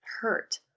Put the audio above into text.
hurt